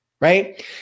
right